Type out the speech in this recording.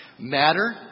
Matter